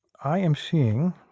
i am seeing.